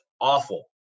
awful